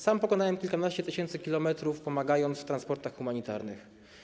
Sam pokonałem kilkanaście tysięcy kilometrów, pomagając w transportach humanitarnych.